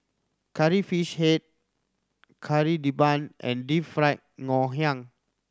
Curry Fish Head Kari Debal and Deep Fried Ngoh Hiang